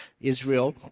Israel